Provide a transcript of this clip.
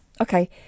Okay